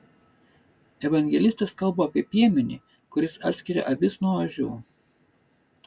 evangelistas kalba apie piemenį kuris atskira avis nuo ožių